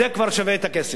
זה כבר שווה את הכסף,